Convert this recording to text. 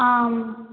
आम्